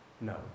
No